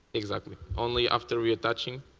exactly. only after reattaching,